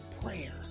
prayer